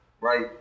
right